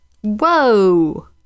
Whoa